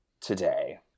today